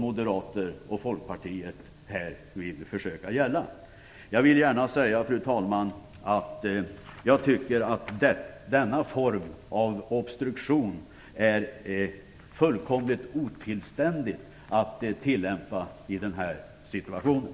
Fru talman! Jag vill gärna säga att jag tycker att denna form av obstruktion är helt otillständig att tillämpa i den här situationen.